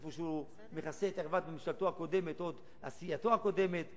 איפה שהוא מכסה את ערוות ממשלתו הקודמת או את סיעתו הקודמת,